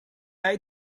eye